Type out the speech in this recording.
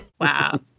Wow